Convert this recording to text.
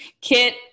kit